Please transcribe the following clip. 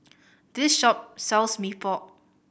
this shop sells Mee Pok